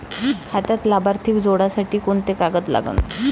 खात्यात लाभार्थी जोडासाठी कोंते कागद लागन?